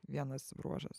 vienas bruožas